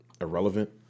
irrelevant